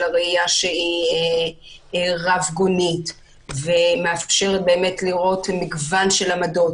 של ראייה שהיא רב-גונית ומאפשרת לראות מגוון של עמדות.